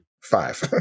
five